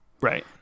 right